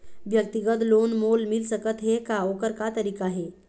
व्यक्तिगत लोन मोल मिल सकत हे का, ओकर का तरीका हे?